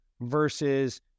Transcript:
versus